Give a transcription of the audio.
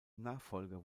nachfolger